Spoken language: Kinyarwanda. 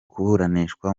kuburanishwa